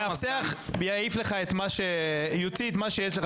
מאבטח יעיף לך את מה ש יוציא את מה שיש לך